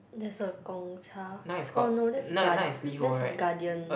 there's a Gong-Cha oh no that's Guar~ that's Guardian